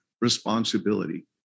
responsibility